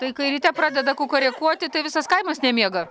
tai kai ryte pradeda kukūrekuoti tai visas kaimas nemiega